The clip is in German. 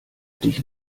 dich